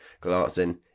glancing